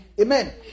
Amen